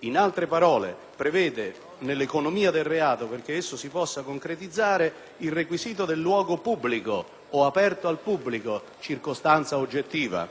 In altre parole, essa prevede nell'economia del reato, perché esso si possa concretizzare, il requisito del luogo pubblico o aperto al pubblico, (circostanza oggettiva),